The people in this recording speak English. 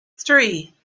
three